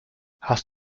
hast